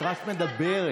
את רק מדברת,